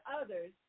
others